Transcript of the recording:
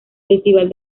festival